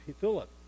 Philip